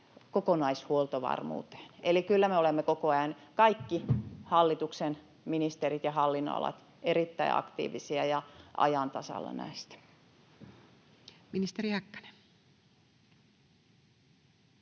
kokonaishuoltovarmuuteen. Eli kyllä me, kaikki hallituksen ministerit ja hallinnonalat, olemme koko ajan erittäin aktiivisia ja ajan tasalla näistä. Ministeri Häkkänen.